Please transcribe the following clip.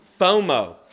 FOMO